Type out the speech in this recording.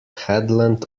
headland